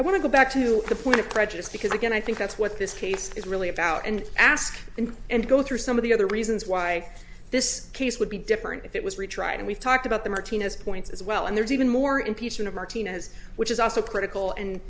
i want to go back to the point of prejudice because again i think that's what this case is really about and ask and and go through some of the other reasons why this case would be different if it was retried and we've talked about the martinez points as well and there's even more impeachment of martinez which is also critical and